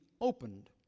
opened